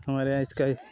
हमारे यहाँ इसका